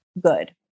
good